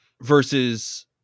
versus